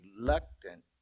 reluctant